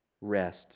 rest